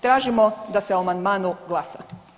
Tražimo da se o amandmanu glasa.